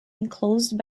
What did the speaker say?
enclosed